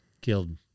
killed